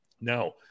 Now